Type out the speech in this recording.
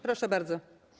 Proszę bardzo.